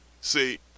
see